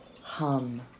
hum